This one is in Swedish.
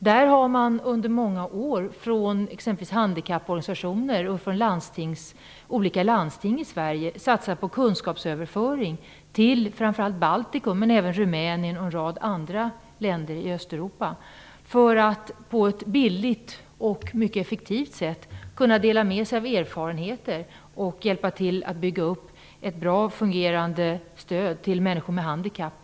Där har man exempelvis från handikapporganisationer och från olika landsting i Sverige under många år satsat på kunskapsöverföring till framför allt Baltikum, men även till Rumänien och en rad andra länder i Östeuropa, för att billigt och på ett mycket effektivt sätt kunna dela med sig av erfarenheter och hjälpa till med uppbyggnaden av ett bra och fungerande stöd till människor med handikapp.